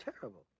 terrible